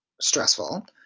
stressful